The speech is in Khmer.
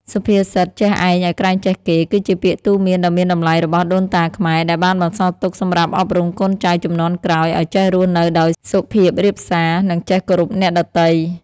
សុភាសិត "ចេះឯងឲ្យក្រែងចេះគេ" គឺជាពាក្យទូន្មានដ៏មានតម្លៃរបស់ដូនតាខ្មែរ ដែលបានបន្សល់ទុកសម្រាប់អប់រំកូនចៅជំនាន់ក្រោយឲ្យចេះរស់នៅដោយសុភាពរាបសារ និងចេះគោរពអ្នកដទៃ។